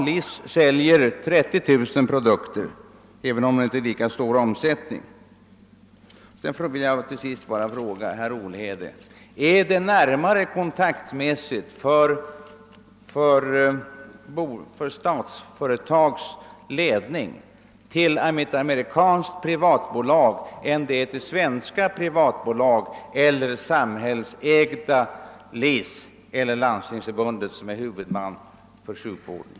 LIC säljer 30000 produkter, även om dess omsättning inte är lika stor. Till sist vill jag fråga herr Olhede: Ligger det närmare till hands för Statsföretags ledning att ta kontakter med ett amerikanskt privatbolag än att ta kontakt med svenska privatbolag, det samhällsägda LIC och Landstingsförbundet, som företräder huvudmännen för sjukvården?